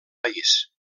país